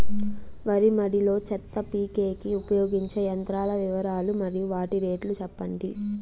వరి మడి లో చెత్త పీకేకి ఉపయోగించే యంత్రాల వివరాలు మరియు వాటి రేట్లు చెప్పండి?